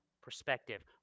perspective